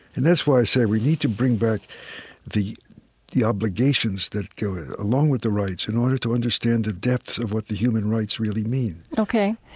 and that's why i say we need to bring back the obligations obligations that go along with the rights in order to understand the depths of what the human rights really mean ok.